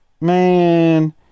man